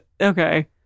Okay